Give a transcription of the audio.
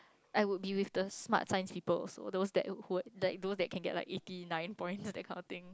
I would be with the smart science people also those that who would like those that can get like eighty nine points those kind of thing